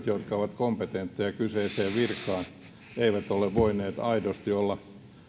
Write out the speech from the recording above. ovat kompetentteja kyseiseen virkaan eivät ole voineet aidosti olla